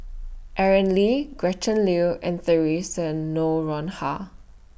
Aaron Lee Gretchen Liu and Theresa Noronha